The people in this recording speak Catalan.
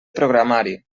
programari